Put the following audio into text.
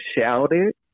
shouted